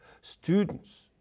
students